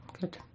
Good